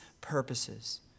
purposes